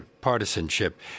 partisanship